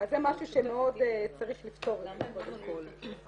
אז זה משהו שצריך מאוד לפתור את זה קודם כל.